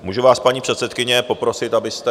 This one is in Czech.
Můžu vás, paní předsedkyně, poprosit, abyste...